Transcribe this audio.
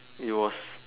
it was